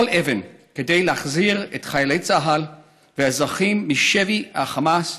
אבן כדי להחזיר את חיילי צה"ל והאזרחים משבי החמאס,